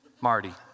Marty